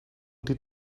did